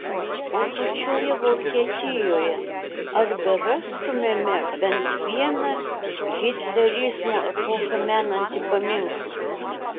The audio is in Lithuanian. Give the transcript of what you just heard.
o pačioje vokietijoje ar berastumėme bent vieną hitlerizmo epochą menantį paminklą